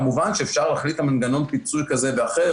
כמובן שאפשר להחליט על מנגנון פיצוי כזה ואחר,